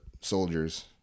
soldiers